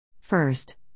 First